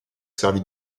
servi